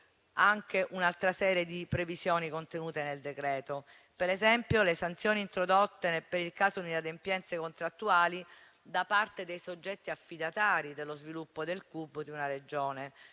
anche un'altra serie di previsioni contenute nel decreto-legge in discussione, ad esempio le sanzioni introdotte in caso di inadempienze contrattuali da parte dei soggetti affidatari dello sviluppo del CUP di una Regione.